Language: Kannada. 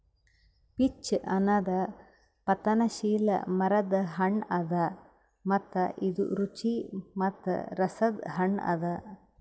ಪೀಚ್ ಅನದ್ ಪತನಶೀಲ ಮರದ್ ಹಣ್ಣ ಅದಾ ಮತ್ತ ಇದು ರುಚಿ ಮತ್ತ ರಸದ್ ಹಣ್ಣ ಅದಾ